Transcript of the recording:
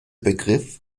begriff